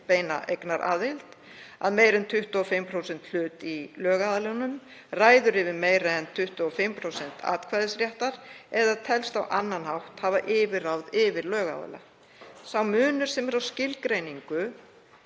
óbeina eignaraðild að meira en 25% hlut í lögaðilanum, ræður yfir meira en 25% atkvæðisréttar eða telst á annan hátt hafa yfirráð yfir lögaðila. Sá munur sem er á skilgreiningu